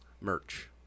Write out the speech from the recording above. merch